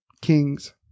kings